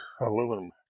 aluminum